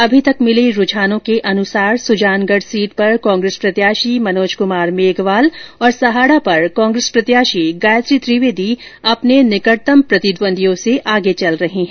अभी तक मिले रुझानों के अनुसार सुजानगढ सीट पर कांग्रेस प्रत्याशी मनोज कुमार मेघवाल और सहाड़ा पर कांग्रेस प्रत्याशी गायत्री त्रिवेदी अपने निकटतम प्रतिद्वंदियों से चल रहे हैं